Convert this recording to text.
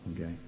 Okay